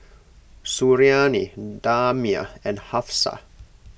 Suriani Damia and Hafsa